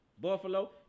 Buffalo